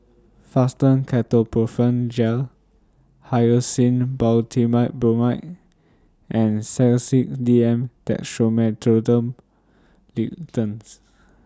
Fastum Ketoprofen Gel Hyoscine Butylbromide and Sedilix D M Dextromethorphan Linctus